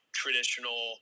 traditional